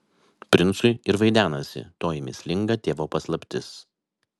princui ir vaidenasi toji mįslinga tėvo paslaptis